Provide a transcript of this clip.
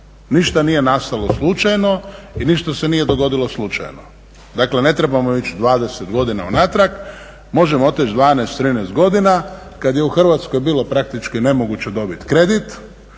Ništa nije nastalo slučajno i ništa se nije dogodilo slučajno. Dakle, ne trebamo ići 20 godina unatrag, možemo otići 12, 13 godina kad je u Hrvatskoj bilo praktički nemoguće dobiti kredit,